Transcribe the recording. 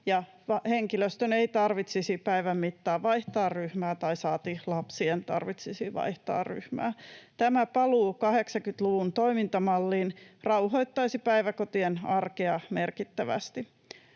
henkilöstön ei tarvitsisi päivän mittaan vaihtaa ryhmää, saati lapsien tarvitsisi vaihtaa ryhmää. Tämä paluu 80-luvun toimintamalliin rauhoittaisi päiväkotien arkea merkittävästi.